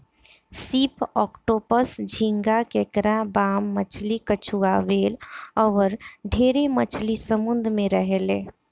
सीप, ऑक्टोपस, झींगा, केकड़ा, बाम मछली, कछुआ, व्हेल अउर ढेरे मछली समुंद्र में रहेले